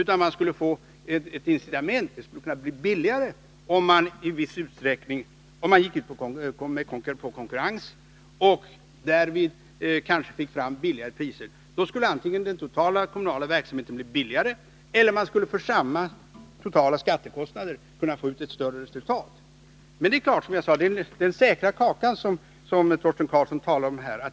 Man skulle här kunna få ett incitament till att utföra arbetena billigare om man gick ut i konkurrens. Antingen skulle då den totala kommunala verksamheten bli billigare eller skulle man för samma totala skattekostnader få ut ett större resultat. Det gäller här den säkra kaka som Torsten Karlsson talar om.